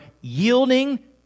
yielding